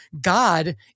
God